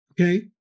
okay